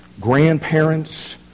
grandparents